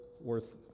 worth